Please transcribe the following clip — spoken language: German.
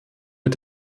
mit